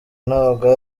ntabwo